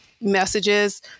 messages